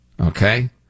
okay